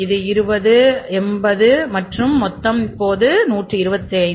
இது 20 80 மற்றும் மொத்தம் இப்போது 125